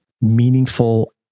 meaningful